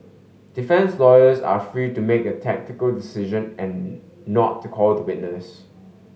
defence lawyers are free to make the tactical decision and not to call a witness